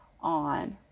on